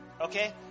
Okay